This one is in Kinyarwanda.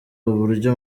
uburyo